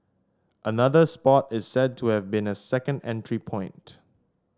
another spot is said to have been a second entry point